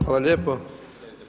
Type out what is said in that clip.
Hvala lijepo.